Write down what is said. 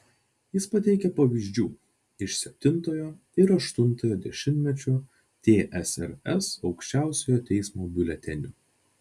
jis pateikia pavyzdžių iš septintojo ir aštuntojo dešimtmečių tsrs aukščiausiojo teismo biuletenių